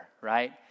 right